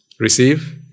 Receive